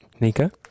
nika